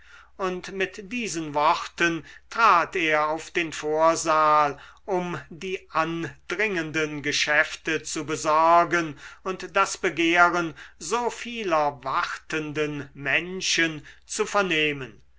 und mit diesen worten trat er auf den vorsaal um die andringenden geschäfte zu besorgen und das begehren so vieler wartenden menschen zu vernehmen